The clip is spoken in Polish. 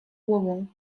głową